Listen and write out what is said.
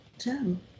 Jim